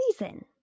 reason